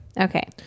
Okay